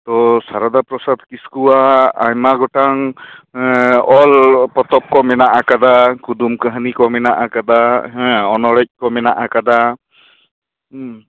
ᱛᱚ ᱥᱟᱨᱚᱫᱟ ᱯᱨᱚᱥᱟᱫᱽ ᱠᱤᱥᱠᱩᱣᱟᱜ ᱟᱭᱢᱟ ᱜᱚᱴᱟᱝ ᱚᱞ ᱯᱚᱛᱚᱵ ᱠᱚ ᱢᱮᱱᱟᱜ ᱟᱠᱟᱫᱟ ᱠᱩᱫᱩᱢ ᱠᱟ ᱦᱱᱤ ᱠᱚ ᱢᱮᱱᱟᱜ ᱟᱠᱟᱫᱟ ᱦᱮᱸ ᱚᱱᱚᱬᱮᱡ ᱠᱚ ᱢᱮᱱᱟᱜ ᱟᱠᱟᱫᱟ